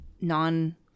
non